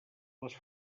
les